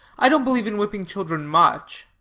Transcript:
i don't believe in whipping children much.